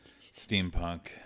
steampunk